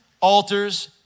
altars